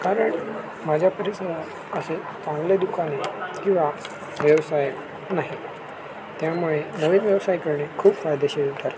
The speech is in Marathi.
कारण माझ्या परिसरात असे चांगले दुकाने किंवा व्यवसाय नाही त्यामुळे नवीन व्यवसायकडे खूप फायदेशीर ठरतात